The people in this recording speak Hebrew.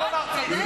גם אני אמרתי את זה.